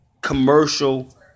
commercial